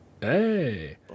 Hey